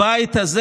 הבית הזה,